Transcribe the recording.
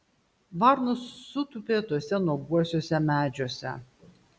varnos sutūpė tuose nuoguosiuose medžiuose